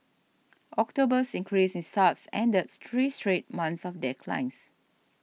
October's increase in starts ended three straight months of declines